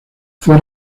fue